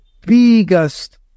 Biggest